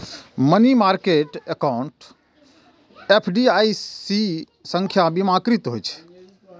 money market account FDIC सं बीमाकृत होइ छै